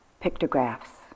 pictographs